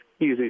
easy